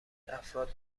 افراد